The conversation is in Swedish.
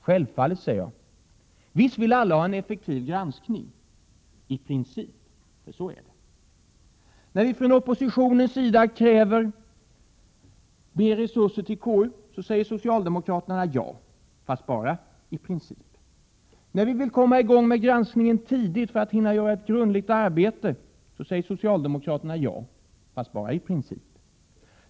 Självfallet, säger jag, visst vill alla ha en effektiv granskning, i princip, för så är det. När vi från oppositionens sida kräver mer resurser till KU, så säger socialdemokraterna ja, fast bara i princip. När vi vill komma i gång med granskningen tidigt för att hinna göra ett grundligt arbete, så säger socialdemokraterna ja, fast bara i princip.